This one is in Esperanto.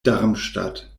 darmstadt